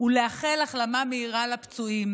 ולאחל החלמה מהירה לפצועים.